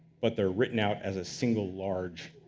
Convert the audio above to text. but they're written out as a single large